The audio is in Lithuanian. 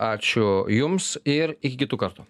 ačiū jums ir iki kitų kartų